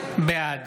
בעד